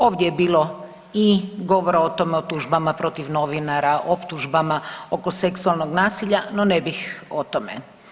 Ovdje je bilo i govora o tome, o tužbama protiv novinara, optužbama oko seksualnog nasilja, no ne bih o tome.